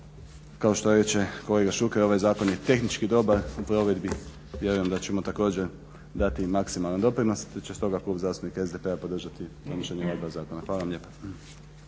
Kao što reče kolega Šuker ovaj zakon je tehnički dobar u provedbi vjerujem da ćemo također dati maksimalan doprinos te će Klub zastupnika SDP-a podržati donošenje ova dva zakona. Hvala vam lijepa.